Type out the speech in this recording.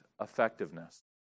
effectiveness